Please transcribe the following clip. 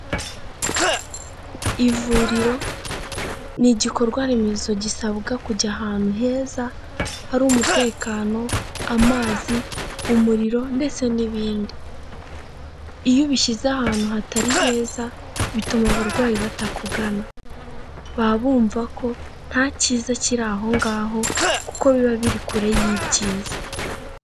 Ivuriro ni igikorwaremezo gisabwa kujya ahantu heza hari umutekano, amazi, umuriro ndetse n'ibindi, iyo ubishyize ahantu hatari heza bituma abarwayi batakugana, baba bumva ko nta cyiza kiri aho ngaho kuko biba biri kure y'ibyiza.